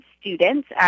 students